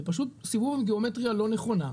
זה פשוט סיבוב של גיאומטריה לא נכונה,